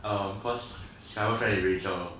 um cause simon friend is rachel